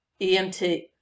EMT